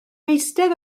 eistedd